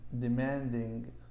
demanding